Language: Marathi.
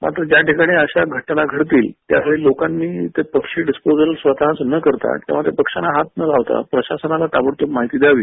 आता ज्या ठिकाणी अशा घटना घडतील त्यासाठी लोकांनी ते पक्षी डिस्पोजल स्वतच न करता किंवा त्या पक्ष्यांना हात न लावता प्रशासनाला ताबडतोब माहिती द्यावी